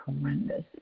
horrendous